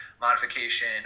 modification